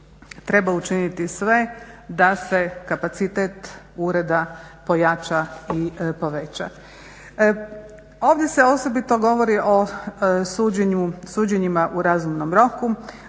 treba učiniti sve da se kapacitet Ureda pojača i poveća. Ovdje se osobito govori o suđenjima u razumnom roku.